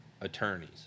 attorneys